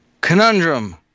Conundrum